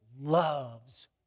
loves